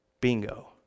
Bingo